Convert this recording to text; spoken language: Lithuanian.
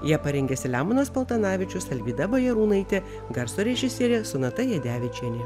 ją parengė selemonas paltanavičius alvyda bajarūnaitė garso režisierė sonata jadevičienė